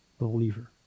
believer